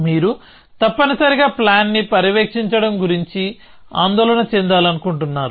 మీరు తప్పనిసరిగా ప్లాన్ని పర్యవేక్షించడం గురించి ఆందోళన చెందాలనుకుంటున్నారు